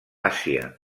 àsia